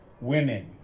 women